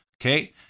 Okay